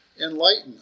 enlighten